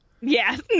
Yes